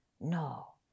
No